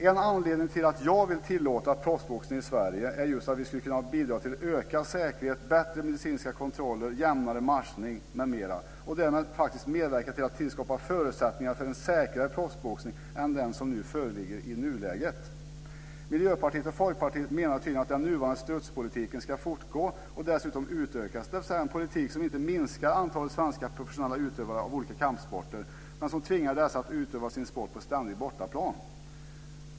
En anledning till att jag vill tillåta proffsboxning i Sverige är just att vi skulle kunna bidra till ökad säkerhet, bättre medicinska kontroller, jämnare matchning, m.m., och därmed faktiskt medverka till att tillskapa förutsättningar för en säkrare proffsboxning än den som föreligger i nuläget. Miljöpartiet och Folkpartiet menar tydligen att den nuvarande strutspolitiken ska fortgå och dessutom utökas. Det är en politik som inte minskar antalet svenska professionella utövare av olika kampsporter men som tvingar dessa att utöva sin sport på ständig bortaplan.